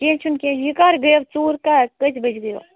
کیٚنہہ چھُنہٕ کیٚنہہ یہِ کر گٔیو ژوٗر کر کٔژِ بجہِ گٔیو